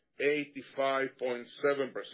85.7%